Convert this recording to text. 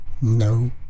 No